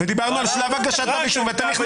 ודיברנו על שלב הגשת האישום בתהליך.